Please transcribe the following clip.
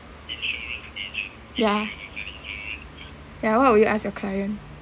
ya ya what would you ask your client